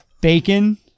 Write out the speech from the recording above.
Bacon